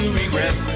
regret